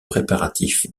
préparatifs